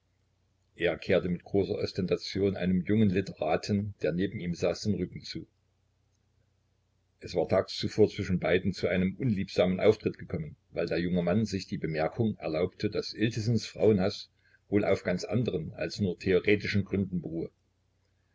er kehrte mit großer ostentation einem jungen literaten der neben ihm saß den rücken zu es war tags zuvor zwischen beiden zu einem unliebsamen auftritt gekommen weil der junge mann sich die bemerkung erlaubte daß iltissens frauenhaß wohl auf ganz andern als nur theoretischen gründen beruhe